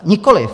Nikoliv!